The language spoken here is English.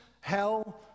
hell